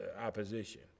opposition